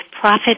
Profit